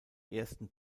ersten